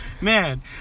man